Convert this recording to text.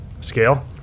scale